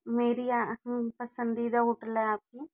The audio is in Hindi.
मेरी पसंदीदा होटल है आपकी